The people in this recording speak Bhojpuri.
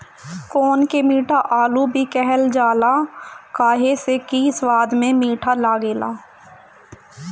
कोन के मीठा आलू भी कहल जाला काहे से कि इ स्वाद में मीठ लागेला